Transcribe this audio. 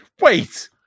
Wait